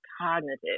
cognitive